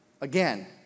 Again